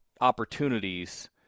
opportunities